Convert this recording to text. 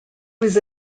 was